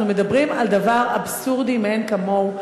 אנחנו מדברים על דבר אבסורדי מאין כמוהו.